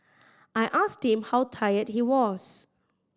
I asked him how tired he was